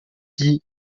dix